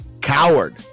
Coward